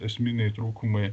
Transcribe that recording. esminiai trūkumai